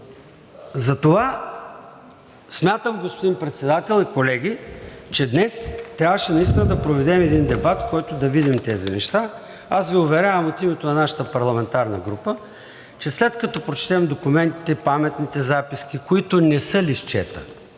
Затова смятам, господин Председател и колеги, че днес трябваше наистина да проведем един дебат, в който да видим тези неща. Аз Ви уверявам от името на нашата парламентарна група, че след като прочетем документите, паметните записки, които не са листчета